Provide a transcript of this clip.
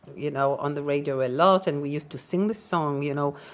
you know, on the radio a lot, and we used to sing the song, you know,